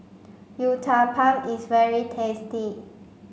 Uthapam is very tasty